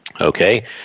Okay